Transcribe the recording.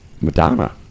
Madonna